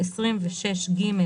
26(ג),